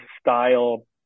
style